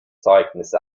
zeugnisse